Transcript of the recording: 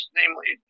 namely